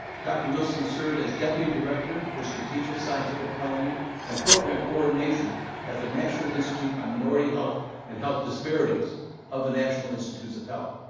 dr. wilson served as deputy director for strategic scientific planning and program coordination at the national institute on minority health and health disparities of the national institutes of health.